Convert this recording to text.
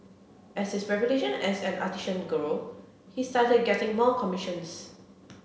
as his reputation as an artisan grew he started getting more commissions